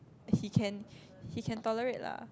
he can he can tolerate lah